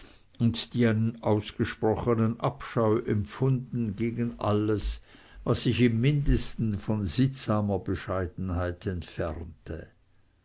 und die einen ausgesprochenen abscheu empfunden gegen alles was sich im mindesten von sittsamer bescheidenheit entfernte